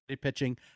pitching